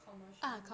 commercial